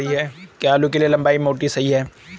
क्या आलू के लिए बलुई मिट्टी सही है?